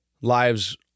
lives